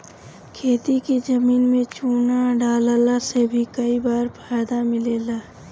खेती के जमीन में चूना डालला से भी कई बार फायदा मिलेला